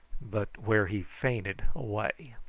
but where he fainted away.